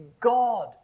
God